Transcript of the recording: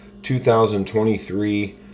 2023